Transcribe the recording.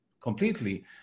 completely